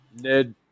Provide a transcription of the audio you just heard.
Ned